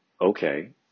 okay